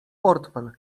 portfel